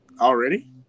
Already